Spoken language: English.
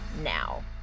now